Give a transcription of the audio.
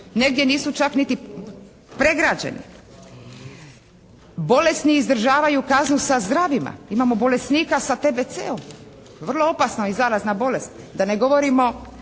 Negdje nisu čak niti pregrađeni. Bolesni izdržavaju kaznu sa zdravima. Imamo bolesnika sa TBC-om, vrlo opasna i zarazna bolest, da ne govorimo